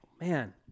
Man